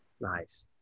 Nice